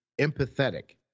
empathetic